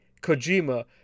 Kojima